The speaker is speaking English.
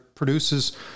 produces